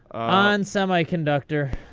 on semiconductor.